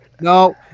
No